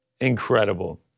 incredible